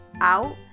out